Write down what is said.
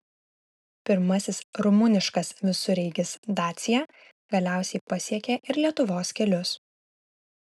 pirmasis rumuniškas visureigis dacia galiausiai pasiekė ir lietuvos kelius